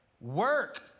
work